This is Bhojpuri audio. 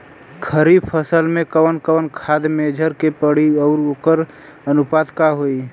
खरीफ फसल में कवन कवन खाद्य मेझर के पड़ी अउर वोकर अनुपात का होई?